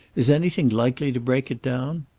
is anything likely to break it down?